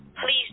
please